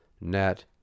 net